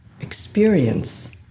experience